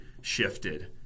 shifted